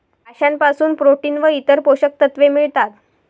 माशांपासून प्रोटीन व इतर पोषक तत्वे मिळतात